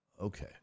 Okay